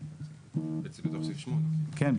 בתוך סעיף 8. כן,